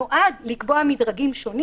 נועד לקבוע מדרגים שונים.